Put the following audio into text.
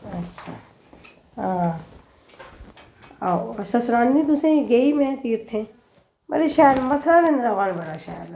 अच्छा आं ओह् सनानी तुसेंगी गेई में तीरथें बड़ा शैल मथरा वृंदावन बड़ा शैल लग्गा मड़ो